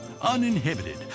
uninhibited